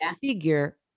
Figure